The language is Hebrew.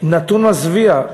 נתון מזוויע.